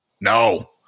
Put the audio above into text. No